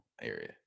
area